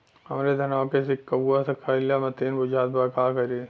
हमरे धनवा के सीक्कउआ सुखइला मतीन बुझात बा का करीं?